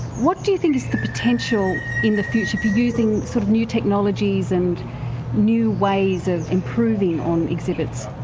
what do you think is the potential in the future for using sort of new technologies and new ways of improving on exhibits?